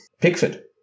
Pickford